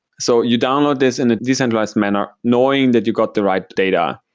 so you download this in a decentralized manner knowing that you got the right data.